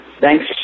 Thanks